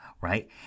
right